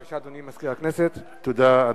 לפיכך אני קובע שהצעת חוק זו עברה בקריאה